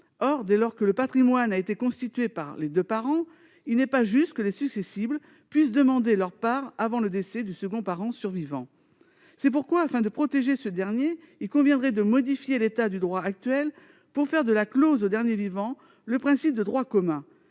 Or, dès lors que le patrimoine a été constitué par les deux parents, il n'est pas juste que les successibles puissent demander leur part avant le décès du parent survivant. C'est pourquoi, afin de protéger ce dernier, il conviendrait de modifier le droit actuel pour faire de la clause au dernier vivant le principe de droit commun.